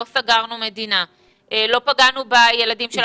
ולא סגרנו מדינה ולא פגענו בילדים שלנו.